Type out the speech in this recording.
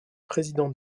président